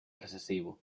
recesivo